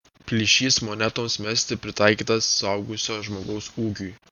plyšys monetoms mesti pritaikytas suaugusio žmogaus ūgiui